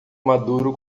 maduro